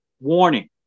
warning